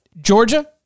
Georgia